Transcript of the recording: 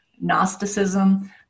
Gnosticism